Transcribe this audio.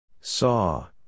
Saw